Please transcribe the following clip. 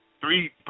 three